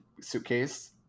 suitcase